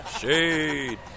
Shade